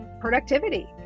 productivity